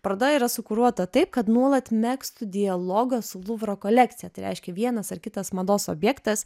paroda yra sukuruota taip kad nuolat megztų dialogą su luvro kolekcija tai reiškia vienas ar kitas mados objektas